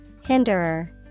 Hinderer